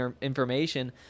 information